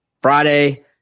Friday